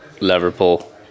Liverpool